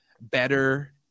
better